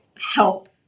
help